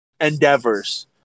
endeavors